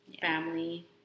family